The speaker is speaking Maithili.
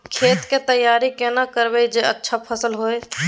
खेत के तैयारी केना करब जे अच्छा फसल होय?